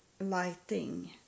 lighting